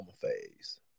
phase